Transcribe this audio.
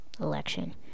election